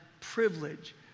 privilege